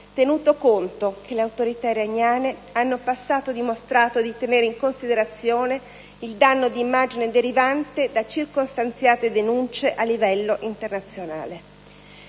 tenuto conto che le autorità iraniane hanno in passato dimostrato di tenere in considerazione il danno di immagine derivante da circostanziate denunce a livello internazionale.